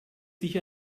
sich